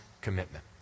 commitment